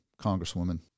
congresswoman